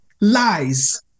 lies